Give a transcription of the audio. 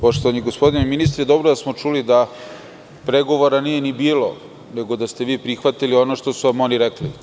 Poštovani gospodine ministre, dobro je da smo čuli da pregovora nije ni bilo, nego da ste vi prihvatili ono što su vam oni rekli.